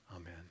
Amen